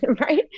right